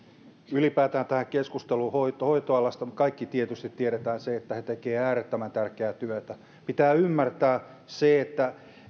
ylipäätään tähän keskusteluun hoitoalasta me kaikki tietysti tiedämme sen että he tekevät äärettömän tärkeää työtä pitää ymmärtää se että